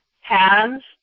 Hands